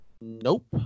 Nope